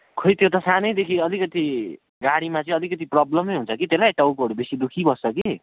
खै त्यो त सानैदेखि अलिकति गाडीमा चाहिँ अलिकति प्रोब्लमै हुन्छ कि त्यसलाई टाउकोहरू बेसी दुखिबस्छ कि